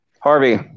Harvey